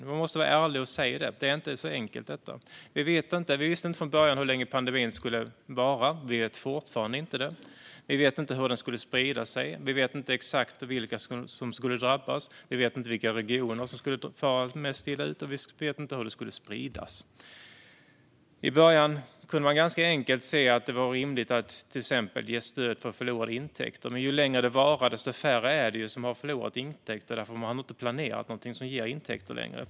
Men man måste vara ärlig och säga att det inte är så enkelt. Vi visste inte från början hur länge pandemin skulle pågå, och det vet vi fortfarande inte. Vi vet inte hur den kommer att sprida sig, exakt vilka som kommer att drabbas eller vilka regioner som skulle fara mest illa. I början kunde man ganska enkelt se att det var rimligt att till exempel ge stöd för förlorade intäkter, men ju längre det pågår, desto färre är det som förlorar intäkter, för de har inte längre planerat något som ger intäkter.